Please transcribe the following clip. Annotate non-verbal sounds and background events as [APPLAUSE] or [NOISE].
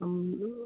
[UNINTELLIGIBLE]